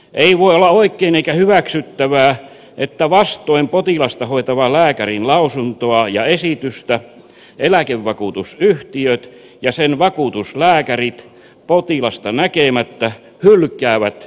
ei voi olla oikein eikä hyväksyttävää että vastoin potilasta hoitavan lääkärin lausuntoa ja esitystä eläkevakuutusyhtiöt ja niiden vakuutuslääkärit potilasta näkemättä hylkäävät eläkehakemuksen